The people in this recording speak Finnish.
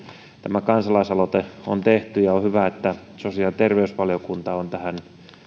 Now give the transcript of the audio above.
tämä kansalaisaloite on tehty ja on hyvä että sosiaali ja terveysvaliokunta on tähän näin